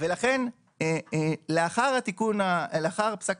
לאחר פסק